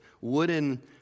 wooden